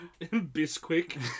Bisquick